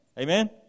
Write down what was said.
Amen